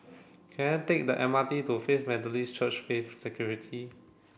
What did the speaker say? can I take the M R T to Faith Methodist Church Faith Sanctuary